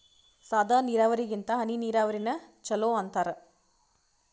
ಸಾದ ನೀರಾವರಿಗಿಂತ ಹನಿ ನೀರಾವರಿನ ಚಲೋ ಅಂತಾರ